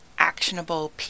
actionable